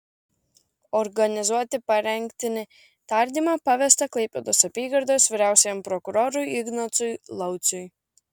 organizuoti parengtinį tardymą pavesta klaipėdos apygardos vyriausiajam prokurorui ignacui lauciui